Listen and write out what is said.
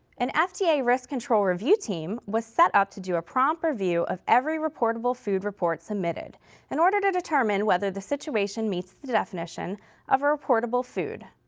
and an fda risk-control review team was set up to do a prompt review of every reportable food report submitted in order to determine whether the situation meets the definition of a reportable food.